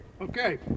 Okay